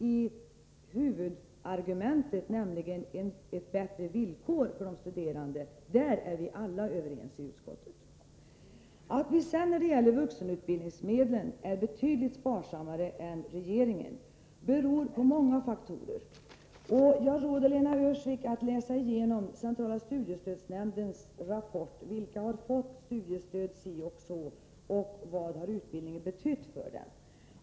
Om huvudargumentet — nämligen bättre villkor för de studerande — är vi alla i utskottet överens. Att vi sedan när det gäller vuxenutbildningsmedlen är betydligt sparsammare än regeringen beror på många faktorer. Jag råder Lena Öhrsvik att läsa igenom centrala studiestödsnämndens rapport om vilka som har fått studiestöd och vad utbildningen har betytt för dem.